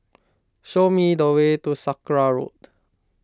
show me the way to Sakra Road